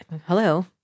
hello